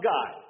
God